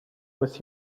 with